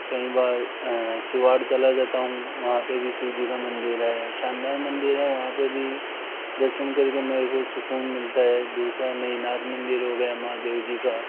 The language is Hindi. कई बार शिवाट चला जाता हूँ वहाँ पर भी शिव जी का मन्दिर है शानदार मन्दिर है वहाँ पर भी दर्शन करके मेरे को सुकून मिलता है दूसरा नईनाथ मन्दिर हो गया महादेव जी का